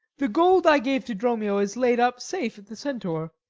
the gold i gave to dromio is laid up safe at the centaur,